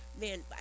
man